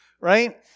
right